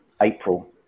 April